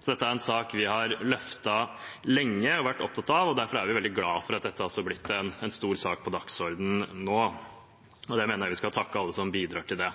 Så dette er en sak vi har løftet og vært opptatt av lenge, og derfor er vi veldig glad for at dette også er blitt en stor sak på dagsordenen nå. Der mener jeg vi skal takke alle som bidrar til det.